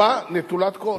שרובה נטולת כול.